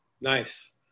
Nice